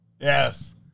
Yes